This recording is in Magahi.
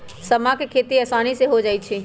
समा के खेती असानी से हो जाइ छइ